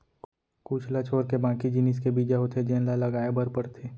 कुछ ल छोरके बाकी जिनिस के बीजा होथे जेन ल लगाए बर परथे